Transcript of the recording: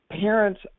parents